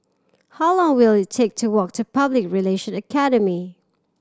how long will it take to walk to Public Relation Academy